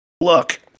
look